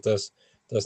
tas tas